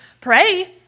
Pray